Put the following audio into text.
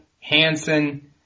Hansen